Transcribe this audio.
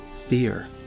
fear